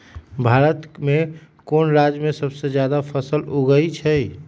भारत में कौन राज में सबसे जादा फसल उगई छई?